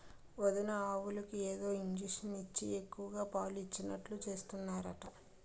వదినా ఆవులకు ఏదో ఇంజషను ఇచ్చి ఎక్కువ పాలు ఇచ్చేటట్టు చేస్తున్నారట